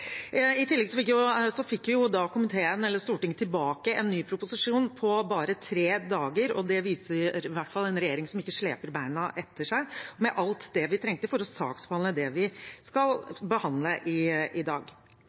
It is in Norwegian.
I tillegg fikk Stortinget tilbake en ny proposisjon på bare tre dager, med alt det vi trengte for å saksbehandle det vi skal behandle i dag.